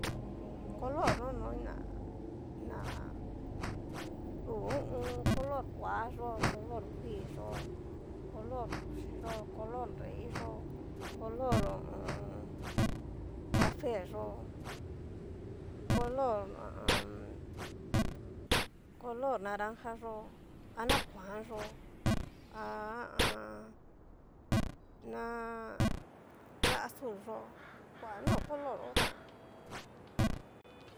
Hu u un. color nonoi ná ná hu ho o on. color koa yó, color kui yó, color kuchii yó, color nrei yó, color ho o on. cafe yó, color ha a an. color naranja yó, a na kuan yó ha a an. na. na azul yó kua no color ho tán.